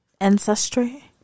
ancestry